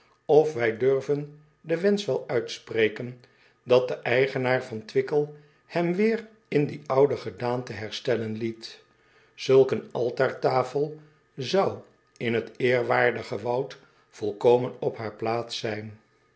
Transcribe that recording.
of wij durven den wensch wel uitspreken dat de eigenaar van wickel hem weêr in die oude gedaante herstellen liet ulk een altaartafel zou in het eerwaardige woud volkomen op haar plaats zijn